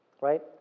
Right